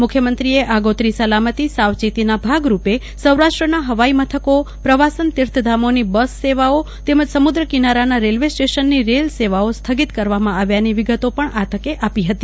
મુખ્યમંત્રીશ્રીએ આગોતરી સલામતી સાવચેતીના ભાગરૂપે સૌરાષ્ટ્રના હવાઈમથકો પ્રવાસન તીર્થધામોની બસ સેવાઓ તેમજ સમુદ્ર કિનારાના રેલ્વે સ્ટેશનની રેલ સેવાઓ સ્થગિત કરવામાં આવ્યાની વિગતો પણ આ તકે આપી હતી